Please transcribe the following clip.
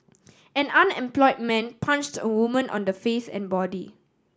an unemployed man punched a woman on the face and body